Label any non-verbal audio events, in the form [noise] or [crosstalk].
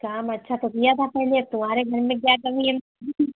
काम अच्छा तो किया था पहले अब तुम्हारे घर में क्या कमी है [unintelligible]